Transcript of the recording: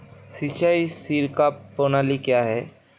सिंचाई छिड़काव प्रणाली क्या है?